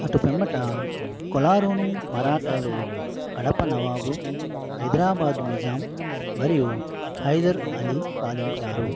అటుపిమ్మట కొలారూను మరాఠాలు కడప నవాబు హైదరాబాద్ నిజాం మరియు హైదర్ అలీ పాలించారు